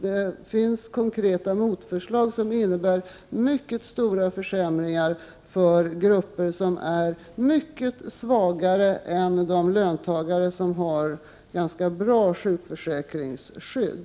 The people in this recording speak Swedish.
Det finns konkreta motförslag som innebär mycket stora försämringar för grupper som är mycket svagare än de löntagare som har ganska bra sjukförsäkringsskydd.